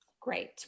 Great